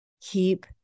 Keep